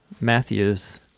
Matthew's